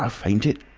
um ain't it?